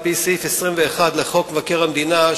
על-פי סעיף 21 לחוק מבקר המדינה,